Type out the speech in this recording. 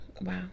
wow